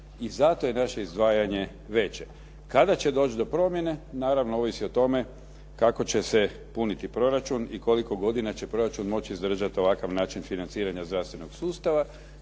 I zato je naše izdvajanje veće. Kada će doći do promjene naravno ovisi o tome kako će se puniti proračun i koliko godina će proračun moć izdržati ovakav način financiranja zdravstvenog sustava